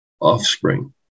offspring